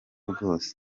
bwose